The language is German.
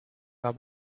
war